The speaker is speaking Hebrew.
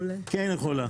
כן יכולה.